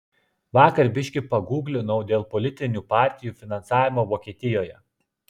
vakar biški pagūglinau dėl politinių partijų finansavimo vokietijoje